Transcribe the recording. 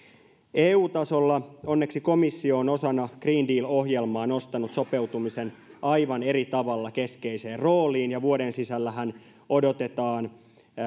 eu tasolla onneksi komissio on osana green deal ohjelmaa nostanut sopeutumisen aivan eri tavalla keskeiseen rooliin ja vuoden sisällähän odotetaan